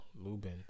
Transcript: Lubin